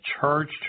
charged